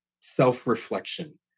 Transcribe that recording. self-reflection